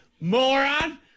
Moron